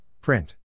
Print